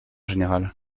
général